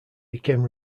became